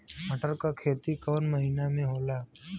मटर क खेती कवन महिना मे होला?